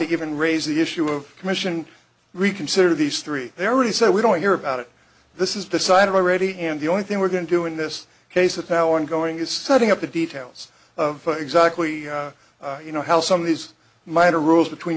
even raise the issue of commission we consider these three they already said we don't hear about it this is the side of already and the only thing we're going to do in this case the power i'm going is setting up the details of exactly you know how some of these minor rules between